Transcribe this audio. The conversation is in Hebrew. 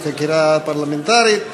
ועדת חקירה פרלמנטרית.